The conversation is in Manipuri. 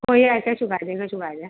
ꯍꯣꯏ ꯌꯥꯏ ꯀꯩꯁꯨ ꯀꯥꯏꯗꯦ ꯀꯩꯁꯨ ꯀꯥꯏꯗꯦ